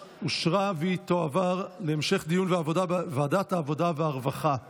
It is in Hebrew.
2023, לוועדת העבודה והרווחה נתקבלה.